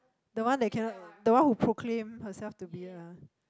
the one that cannot the one who proclaim herself to be a